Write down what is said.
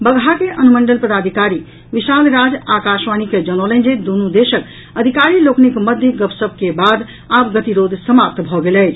बगहा के अनुमंडल पदाधिकारी विशाल राज आकाशवाणी के जनौलनि जे दूनु देशक अधिकारी लोकनिक मध्य गपशप के बाद आब गतिरोध समाप्त भऽ गेल अछि